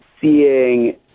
seeing